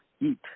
eat